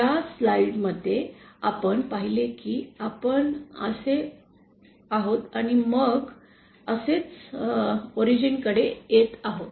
या स्लाइड मध्ये आपण पाहिले की आपण असे आहोत आणि मग असेच मूळ कडे येथे आहोत